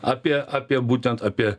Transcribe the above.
apie apie būtent apie